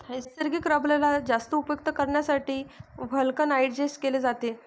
नैसर्गिक रबरेला जास्त उपयुक्त करण्यासाठी व्हल्कनाइज्ड केले जाते